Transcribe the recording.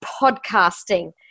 podcasting